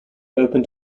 opened